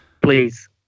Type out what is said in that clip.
Please